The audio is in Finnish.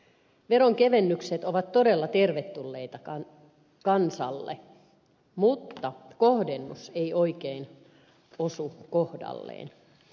veronkevennykset ovat todella tervetulleita kansalle mutta kohdennus ei oikein osu kohdalleen